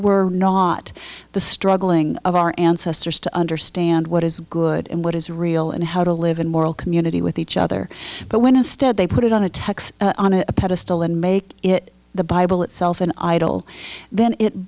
were not the struggling of our ancestors to understand what is good and what is real and how to live in moral community with each other but when instead they put it on a text on a pedestal and make it the bible itself an idol then it